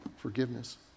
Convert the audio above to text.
forgiveness